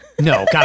No